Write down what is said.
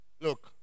Look